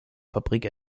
fabrik